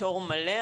פטור מלא,